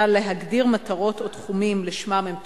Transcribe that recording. להגדיר מטרות או תחומים שלשמם הם תורמים?